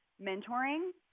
mentoring